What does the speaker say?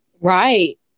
Right